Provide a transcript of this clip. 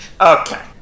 okay